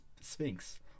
Sphinx